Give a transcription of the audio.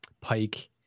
Pike